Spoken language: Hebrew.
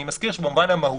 אני מזכיר שבמובן המהותי,